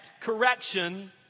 correction